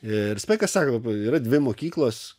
ir spekas sako yra dvi mokyklos